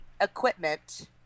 equipment